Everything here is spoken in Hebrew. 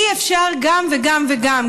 אי-אפשר גם וגם וגם,